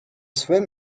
swim